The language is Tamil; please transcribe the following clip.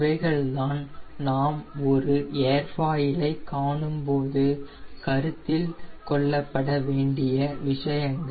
இவைகள் தான் நாம் ஒரு ஏர்ஃபாயிலை காணும் போது கருத்தில் கொள்ளப்பட வேண்டிய விஷயங்கள்